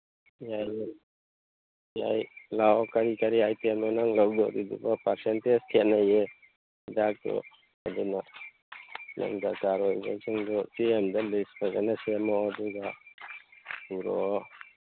ꯌꯥꯏꯌꯦ ꯌꯥꯏ ꯂꯥꯛꯑꯣ ꯀꯔꯤ ꯀꯔꯤ ꯑꯥꯏꯇꯦꯝꯅꯣ ꯅꯪꯅ ꯂꯧꯗꯣꯔꯤꯗꯨꯕꯣ ꯄꯥꯔꯁꯦꯟꯇꯦꯖ ꯈꯦꯠꯅꯩꯌꯦ ꯍꯤꯗꯥꯛꯇꯣ ꯑꯗꯨꯅ ꯅꯪ ꯗꯔꯀꯥꯔ ꯑꯣꯏꯕꯁꯤꯡꯗꯣ ꯆꯦ ꯑꯃꯗ ꯂꯤꯁ ꯐꯖꯅ ꯁꯦꯝꯃꯣ ꯑꯗꯨꯒ ꯄꯨꯔꯛꯑꯣ